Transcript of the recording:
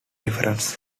difference